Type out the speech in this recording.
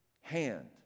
hand